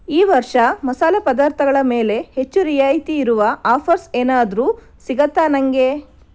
ಈ ವರ್ಷ ಮಸಾಲೆ ಪದಾರ್ಥಗಳ ಮೇಲೆ ಹೆಚ್ಚು ರಿಯಾಯಿತಿಯಿರುವ ಆಫರ್ಸ್ ಏನಾದರೂ ಸಿಗತ್ತಾ ನನಗೆ